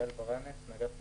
גל ברנס מאגף תקציבים.